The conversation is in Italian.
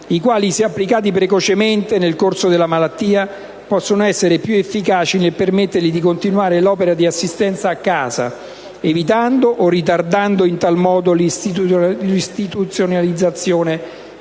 e che, se applicati precocemente nel corso della malattia possono risultare più efficaci nel permettergli di continuare l'opera di assistenza a casa, evitando o ritardando in tal modo l'istituzionalizzazione